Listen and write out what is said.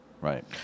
Right